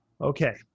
Okay